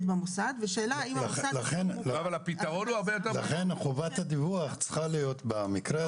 במוסד -- לכן חובת הדיווח צריכה להיות במקרה הזה,